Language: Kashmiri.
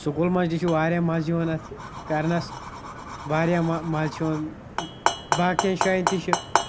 سکوٗلن منٛز تہِ چھِ واریاہ مَزٕ یِوان اَتھ کَرنَس واریاہ مَہ مَزٕ چھِ یِوان باقیَن جایَن تہِ چھِ